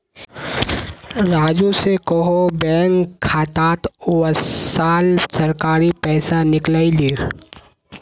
राजू स कोहो बैंक खातात वसाल सरकारी पैसा निकलई ले